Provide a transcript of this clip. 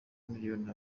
miliyoni